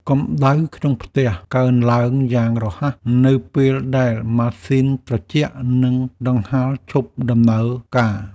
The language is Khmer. កម្ដៅក្នុងផ្ទះកើនឡើងយ៉ាងរហ័ស នៅពេលដែលម៉ាស៊ីនត្រជាក់ និងកង្ហារឈប់ដំណើរការ។